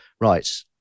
right